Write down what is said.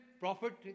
Prophet